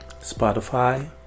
Spotify